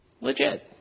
Legit